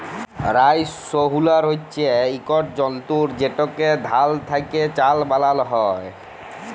rice huller হছে ইকট যল্তর যেটতে ধাল থ্যাকে চাল বালাল হ্যয়